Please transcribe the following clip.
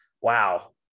Wow